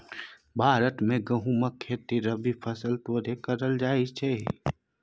भारत मे गहुमक खेती रबी फसैल तौरे करल जाइ छइ